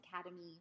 Academy